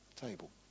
table